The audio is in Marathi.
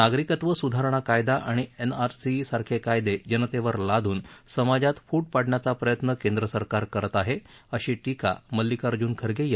नागरिकत्व सुधारणा कायदा आणि एनआरसी सारखे कायदे जनतेवर लादून समाजात फूट पाडण्याचा प्रयत्न केंद्रसरकार करत आहे अशी टीका मल्लिकार्ज्न खरगे यांनी केली